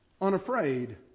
unafraid